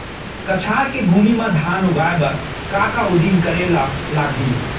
कछार के भूमि मा धान उगाए बर का का उदिम करे ला लागही?